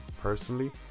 personally